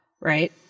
right